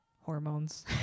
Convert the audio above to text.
hormones